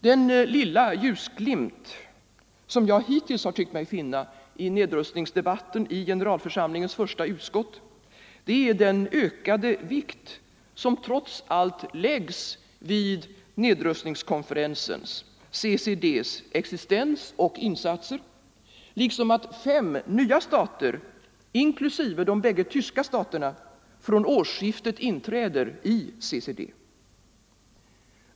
Den lilla ljusglimt som jag hittills har tyckt mig finna i nedrustningsdebatten i generalförsamlingens första utskott är den ökade vikt som trots allt läggs vid nedrustningskonferensens — CCD:s - existens och insatser, liksom att fem nya stater, inklusive de bägge tyska staterna, från årsskiftet inträder i CCD.